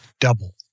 Double